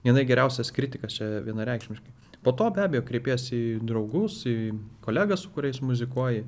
jinai geriausias kritikas čia vienareikšmiškai po to be abejo kreipėsi į draugus į kolegas su kuriais muzikuoji